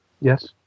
Yes